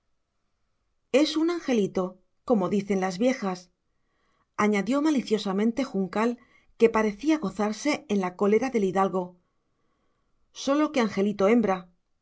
es un angelito como dicen las viejas añadió maliciosamente juncal que parecía gozarse en la cólera del hidalgo sólo que angelito hembra